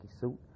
suit